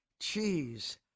cheese